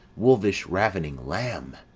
wolvish-ravening lamb!